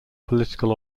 political